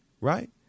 Right